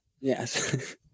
Yes